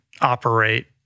operate